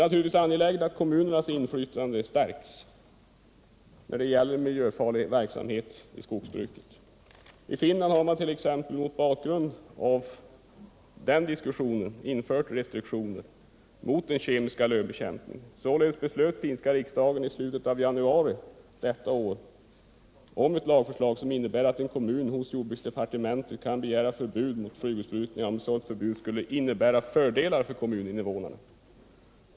Naturligtvis är det angeläget att kommunernas inflytande stärks när det gäller miljöfarlig verksamhet i skogsbruket. I Finland har man mot bakgrund av diskussioner liknande våra infört restriktioner mot den kemiska lövbekämpningen. Således beslöt den finska riksdagen i slutet av januari detta år att anta ett lagförslag som innebär att en kommun hos jordbruksdepartementet kan begära förbud mot flygbesprutningar, om ett sådant förbud skulle innebära fördelar för kommuninvånarna.